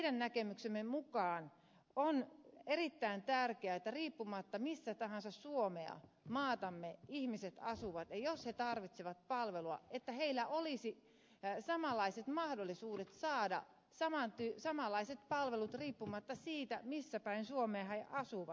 meidän näkemyksemme mukaan on erittäin tärkeää että riippumatta siitä missä tahansa suomea maatamme ihmiset asuvat jos he tarvitsevat palvelua niin heillä olisi samanlaiset mahdollisuudet saada samanlaiset palvelut riippumatta siitä missä päin suomea he asuvat